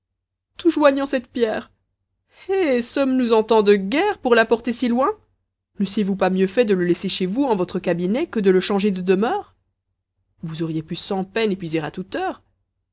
tout joignant cette pierre eh sommes-nous en temps de guerre pour l'apporter si loin n'eussiez-vous pas mieux fait de le laisser chez vous en votre cabinet que de le changer de demeure vous auriez pu sans peine y puiser à toute heure